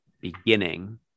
beginning